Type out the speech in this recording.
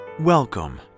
Welcome